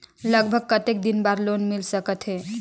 लगभग कतेक दिन बार लोन मिल सकत हे?